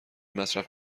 مصرف